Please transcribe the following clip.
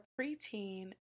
preteen